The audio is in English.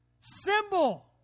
symbol